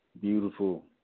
beautiful